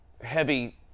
heavy